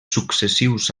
successius